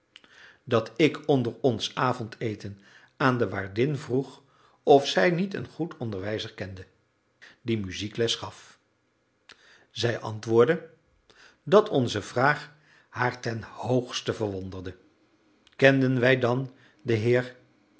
dat ik onder ons avondeten aan de waardin vroeg of zij niet een goed onderwijzer kende die muziekles gaf zij antwoordde dat onze vraag haar ten hoogste verwonderde kenden wij dan den heer